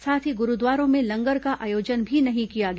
साथ ही गुरूद्वारों में लंगर का आयोजन भी नहीं किया गया